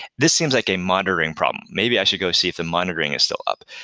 this seems like a monitoring problem. maybe i should go see if the monitoring is still up.